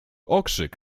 okrzyk